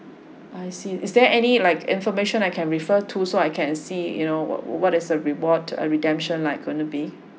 I see is there any like information I can refer to so I can see you know wh~ what is a reward a redemption like gonna be